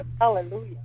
Hallelujah